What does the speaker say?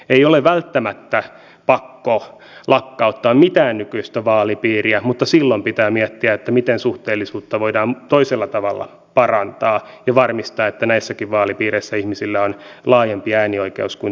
ei ole välttämättä pakko lakkauttaa mitään nykyistä vaalipiiriä mutta silloin pitää miettiä miten suhteellisuutta voidaan toisella tavalla parantaa ja varmistaa että näissäkin vaalipiireissä ihmisillä on laajempi äänioikeus kuin tänä päivänä